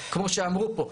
כמו שאמרו פה,